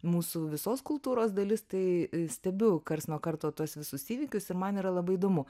mūsų visos kultūros dalis tai stebiu karts nuo karto tuos visus įvykius ir man yra labai įdomu